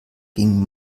ging